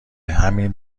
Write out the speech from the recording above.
همین